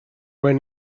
when